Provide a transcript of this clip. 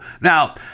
Now